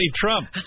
Trump